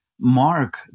mark